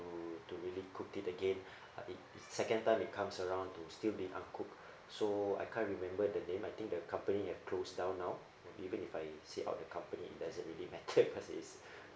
to really cook it again uh it second time it comes around to still be uncooked so I can't remember the name I think the company has closed down now even if I say out the company doesn't really matter cause it's